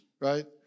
right